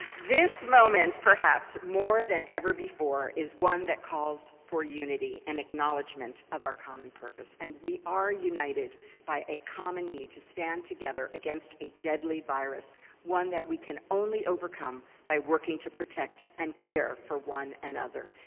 this moment perhaps more than ever before is one that calls for unity and acknowledgement of our common purpose. and we are united by a common need to stand together against a deadly virus one that we can only overcome by working to protect and care for one another.